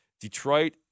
Detroit